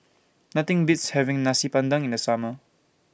Nothing Beats having Nasi Padang in The Summer